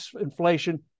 inflation